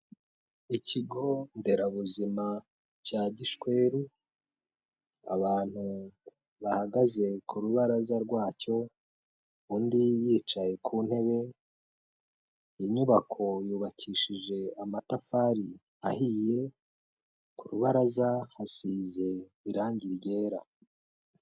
Ikigo nderabuzima cya Gishweru, abantu bahagaze ku rubaraza rwacyo, undi yicaye ku ntebe, inyubako yubakishije amatafari ahiye, ku rubaraza hasize irange ryera.